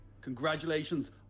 congratulations